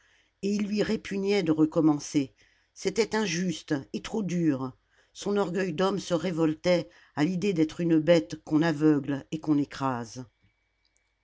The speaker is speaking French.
et il lui répugnait de recommencer c'était injuste et trop dur son orgueil d'homme se révoltait à l'idée d'être une bête qu'on aveugle et qu'on écrase